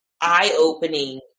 eye-opening